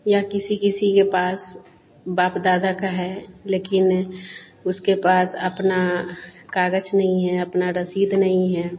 या किसी किसी के पास बाप दादा की है लेकिन उसके पास अपना काग़ज़ नहीं है अपनी रसीद नहीं है